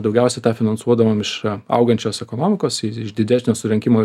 daugiausia tą finansuodavom iš augančios ekonomikos iš didesnio surinkimo